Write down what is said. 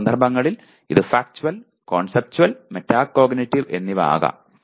ചില സന്ദർഭങ്ങളിൽ ഇത് ഫാക്ച്വൽ കോൺസെപ്റ്റുവൽ മെറ്റാകോഗ്നിറ്റീവ് എന്നിവ ആകാം